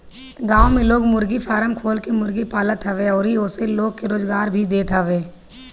गांव में लोग मुर्गी फारम खोल के मुर्गी पालत हवे अउरी ओसे लोग के रोजगार भी देत हवे